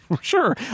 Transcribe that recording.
Sure